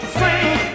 sing